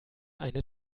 eine